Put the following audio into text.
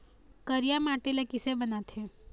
करिया माटी ला किसे बनाथे?